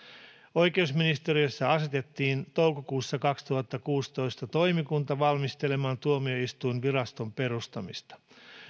oikeusministeriössä asetettiin toukokuussa kaksituhattakuusitoista toimikunta valmistelemaan tuomioistuinviraston perustamista